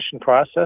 process